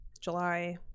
July